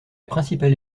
principale